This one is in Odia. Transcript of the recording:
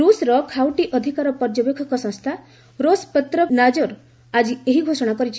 ର୍ଷର ଖାଉଟି ଅଧିକାର ପର୍ଯ୍ୟବେକ୍ଷକ ସଂସ୍ଥା ରୋସ୍ପୋତ୍ରେବ୍ନାଜୋର ଆଜି ଏହା ଘୋଷଣା କରିଛି